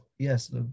Yes